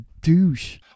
douche